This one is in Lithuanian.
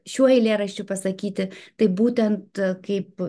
šiuo eilėraščiu pasakyti tai būtent kaip